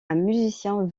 musicien